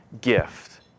gift